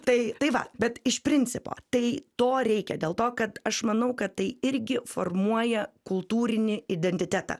tai tai va bet iš principo tai to reikia dėl to kad aš manau kad tai irgi formuoja kultūrinį identitetą